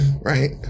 right